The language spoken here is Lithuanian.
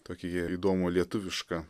tokį jie įdomų lietuvišką